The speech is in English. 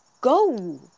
go